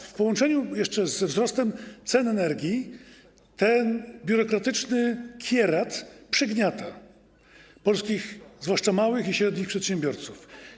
W połączeniu jeszcze ze wzrostem cen energii ten biurokratyczny kierat przygniata polskich, zwłaszcza małych i średnich, przedsiębiorców.